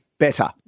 Better